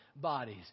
bodies